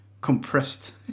compressed